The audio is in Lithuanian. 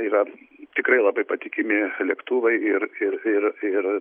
yra tikrai labai patikimi lėktuvai ir ir ir ir